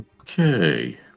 okay